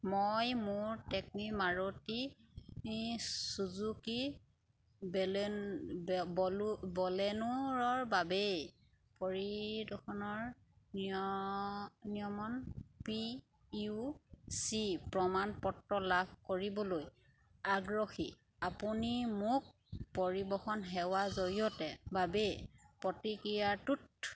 মই মোৰ taxi Maruti Suzuki বেলে বলো বেলেনোৰ বাবে পৰিদৰ্শনৰ নিয় নিয়ম পি ইউ চি প্ৰমাণপত্ৰ লাভ কৰিবলৈ আগ্ৰহী আপুনি মোক পৰিৱহণ সেৱাৰ জৰিয়তে বাবে আবেদন প্ৰক্ৰিয়াটোত